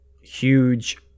huge